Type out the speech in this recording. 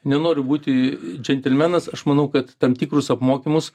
nenoriu būti džentelmenas aš manau kad tam tikrus apmokymus